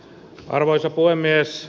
arvoisa puhemies